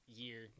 year